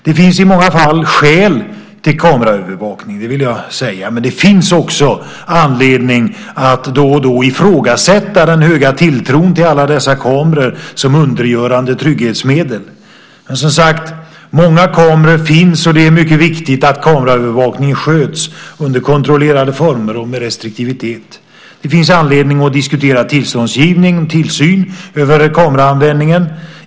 Det finns i många fall skäl till kameraövervakning, det vill jag säga, men det finns också anledning att då och då ifrågasätta den höga tilltron till alla dessa kameror som undergörande trygghetsmedel. Men som sagt: Många kameror finns, och det är mycket viktigt att kameraövervakningen sköts under kontrollerade former och med restriktivitet. Det finns anledning att diskutera tillståndsgivningen och tillsynen över kameraanvändningen.